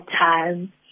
time